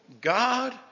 God